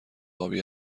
آبی